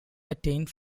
attained